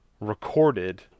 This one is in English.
recorded